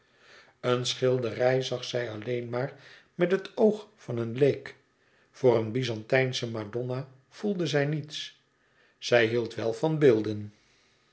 een schilderij zag zij alleen maar met het oog van een leek voor een byzantijnsche madonna voelde zij niets zij hield wel van beelden